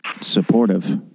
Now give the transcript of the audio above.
supportive